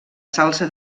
salsa